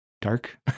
dark